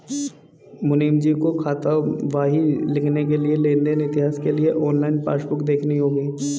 मुनीमजी को खातावाही लिखने के लिए लेन देन इतिहास के लिए ऑनलाइन पासबुक देखनी होगी